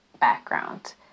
background